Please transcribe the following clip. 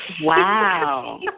Wow